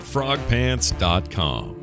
FrogPants.com